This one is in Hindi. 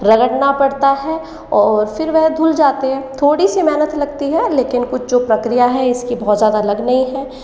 रगड़ना पड़ता है और फिर वह धुल जाते हैं थोड़ी सी मेहनत लगती है लेकिन कुछ जो प्रक्रिया है इसकी बहुत ज़्यादा अलग नहीं है